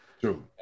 True